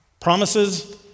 Promises